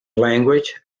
language